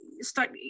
start